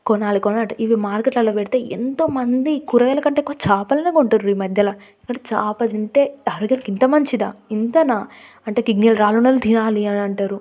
కొనాలి కొనాలి ఇవి మార్కెట్లలో పెడితే ఎంత మంది కూరగాయల కంటే ఎక్కువ చేపలనే కొంటుర్రు ఈ మధ్యన ఎందుకంటే చాప తింటే ఆరోగ్యానికి ఇంత మంచిదా ఇంత నా అంటే కిడ్నీలో రాళ్ళు ఉన్నవాళ్ళు తినాలి అని అంటారు